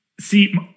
See